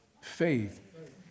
faith